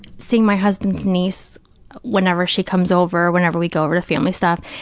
seeing my husband's niece whenever she comes over, whenever we go over to family stuff,